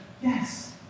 Yes